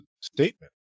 statement